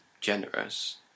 generous